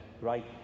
right